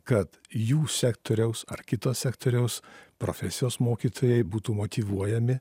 kad jų sektoriaus ar kito sektoriaus profesijos mokytojai būtų motyvuojami